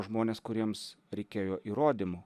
žmonės kuriems reikėjo įrodymų